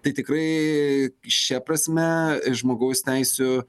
tai tikrai šia prasme žmogaus teisių